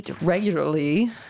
regularly